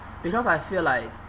because I feel like